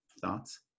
thoughts